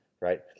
right